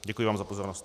Děkuji vám za pozornost.